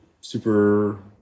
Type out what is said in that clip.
super